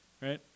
right